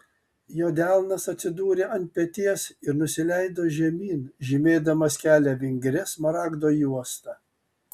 jo delnas atsidūrė ant peties ir nusileido žemyn žymėdamas kelią vingria smaragdo juosta